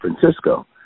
Francisco